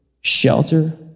shelter